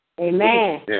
Amen